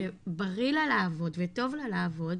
בריא לה לעבוד וטוב לה לעבוד,